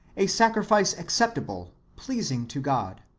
a sacrifice acceptable, pleasing to god.